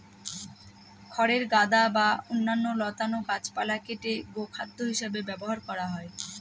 খড়ের গাদা বা অন্যান্য লতানো গাছপালা কেটে গোখাদ্য হিসাবে ব্যবহার করা হয়